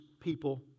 people